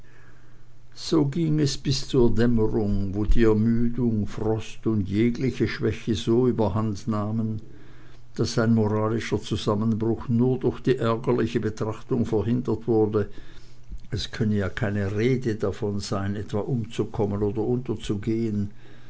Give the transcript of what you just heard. so ging es bis zur abenddämmerung wo die ermüdung frost und jegliche schwäche so überhandnahmen daß ein moralischer zusammenbruch nur durch die ärgerliche betrachtung verhindert wurde es könne ja keine rede davon sein etwa umzukommen oder unterzugehen